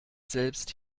selbst